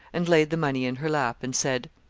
and laid the money in her lap, and said,